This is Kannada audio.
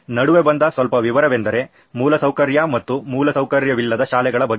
ನಡುವೆ ಬಂದ ಸ್ವಲ್ಪ ವಿವರವೆಂದರೆ ಮೂಲಸೌಕರ್ಯ ಮತ್ತು ಮೂಲಸೌಕರ್ಯವಿಲ್ಲದ ಶಾಲೆಗಳ ಬಗ್ಗೆ